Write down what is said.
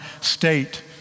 state